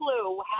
clue